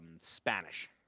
Spanish